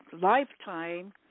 Lifetime